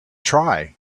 try